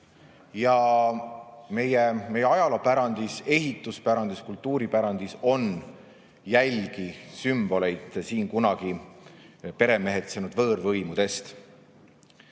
ja meie ajaloopärandis, ehituspärandis, kultuuripärandis on jälgi, sümboleid siin kunagi peremehetsenud võõrvõimudest.